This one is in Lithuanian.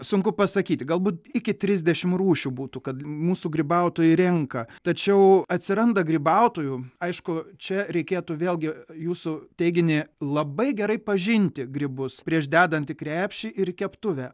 sunku pasakyti galbūt iki trisdešim rūšių būtų kad mūsų grybautojai renka tačiau atsiranda grybautojų aišku čia reikėtų vėlgi jūsų teiginį labai gerai pažinti grybus prieš dedant į krepšį ir keptuvę